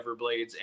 Everblades